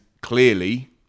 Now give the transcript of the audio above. clearly